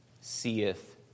seeth